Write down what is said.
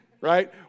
right